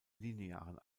linearen